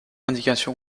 indication